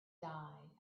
died